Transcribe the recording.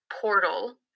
portal